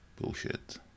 Bullshit